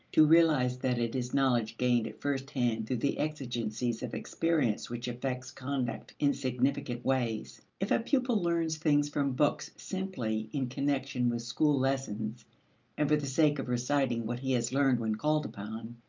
to realize that it is knowledge gained at first hand through the exigencies of experience which affects conduct in significant ways. if a pupil learns things from books simply in connection with school lessons and for the sake of reciting what he has learned when called upon,